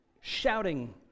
shouting